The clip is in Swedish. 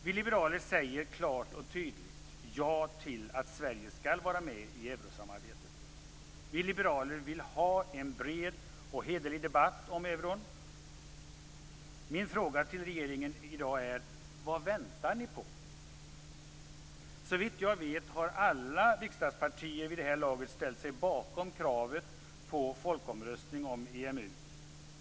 Vi liberaler säger klart och tydligt ja till att Sverige skall vara med i eurosamarbetet. Vi liberaler vill ha en bred och hederlig debatt om euron. Min fråga till regeringen i dag är: Vad väntar ni på? Såvitt jag vet har alla riksdagspartier vid det här laget ställt sig bakom kravet på folkomröstning om EMU.